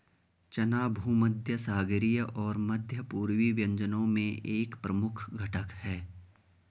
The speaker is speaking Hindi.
चना भूमध्यसागरीय और मध्य पूर्वी व्यंजनों में एक प्रमुख घटक है